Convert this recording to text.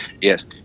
Yes